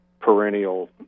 perennial